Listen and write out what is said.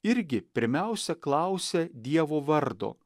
irgi pirmiausia klausia dievo vardo